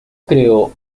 creó